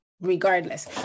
regardless